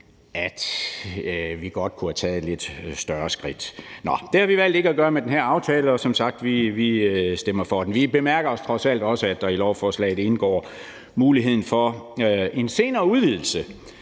at vi godt kunne have taget lidt større skridt. Men det har vi valgt ikke at gøre med den her aftale, og vi stemmer som sagt for forslaget. Vi bemærker trods alt også, at der i lovforslaget indgår muligheden for en senere udvidelse